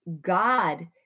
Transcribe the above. God